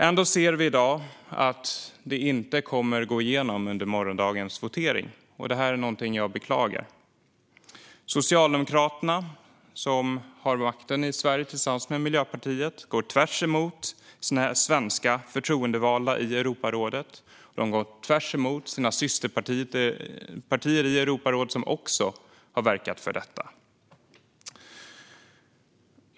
Ändå ser vi i dag att detta inte kommer att gå igenom under morgondagens votering, och det beklagar jag. Socialdemokraterna som har makten i Sverige tillsammans med Miljöpartiet går tvärsemot svenska förtroendevalda i Europarådet och tvärsemot sina systerpartier i Europarådet som också har verkat för detta.